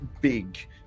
big